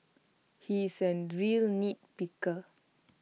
he is A real nitpicker